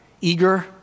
eager